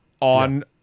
on